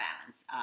balance